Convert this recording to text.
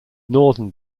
northern